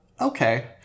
Okay